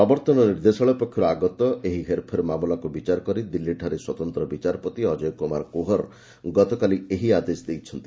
ପ୍ରବର୍ତ୍ତନ ନିର୍ଦ୍ଦେଶାଳୟ ପକ୍ଷରୁ ଆଗତ ଏହି ହେରଫେର ମାମଲାକୁ ବିଚାର କରି ଦିଲ୍ଲୀଠାରେ ସ୍ୱତନ୍ତ୍ର ବିଚାରପତି ଅଜୟ କୁମାର କୁହର ଗତକାଲି ଏହି ଆଦେଶ ଦେଇଛନ୍ତି